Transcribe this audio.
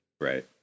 Right